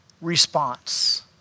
response